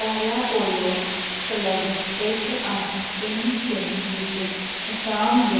ਪਹਿਲਾ polo club ਇੱਕ ਅੱਠ ਤਿੰਨ ਤਿੰਨ ਵਿੱਚ ਅਸਾਮ ਦੇ